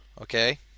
okay